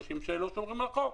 אנשים שלא שומרים על החוק,